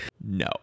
no